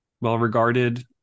well-regarded